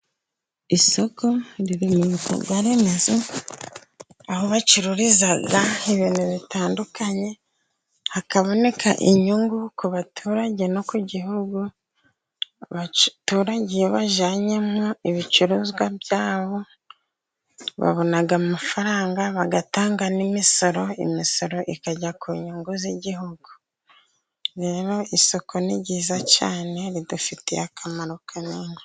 Isoko riri mu bikorwa remezo, aho bacururiza ibintu bitandukanye, hakaboneka inyungu ku baturage no ku gihugu, abaturage iyo bajyanyemo ibicuruzwa byabo babona amafaranga bagatanga n'imisoro, imisoro ikajya ku nyungu z'igihugu, rero isoku ni ryiza cyane ridufitiye akamaro kanini.